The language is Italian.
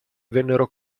vennero